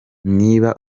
niba